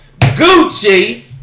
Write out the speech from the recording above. Gucci